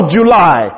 July